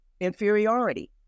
inferiority